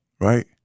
right